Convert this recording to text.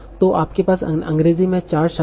तो आपके पास अंग्रेजी में चार शब्द हैं